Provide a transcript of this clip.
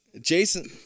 Jason